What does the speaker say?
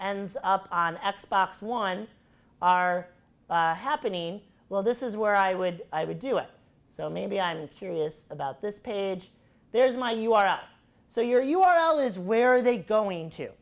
ends up on x box one are happening well this is where i would i would do it so maybe i'm curious about this page there's my you are up so your u r l is where are they going to